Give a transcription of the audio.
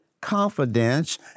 confidence